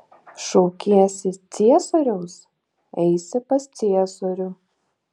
šaukiesi ciesoriaus eisi pas ciesorių